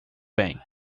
bem